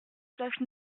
place